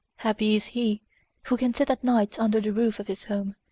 happy is he who can sit at night under the roof of his home,